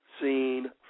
seen